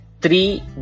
three